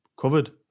covered